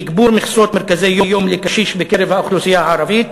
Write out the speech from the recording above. תגבור מכסות מרכזי-יום לקשיש בקרב האוכלוסייה הערבית,